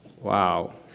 Wow